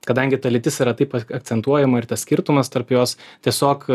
kadangi ta lytis yra taip akcentuojama ir tas skirtumas tarp jos tiesiog